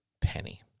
Penny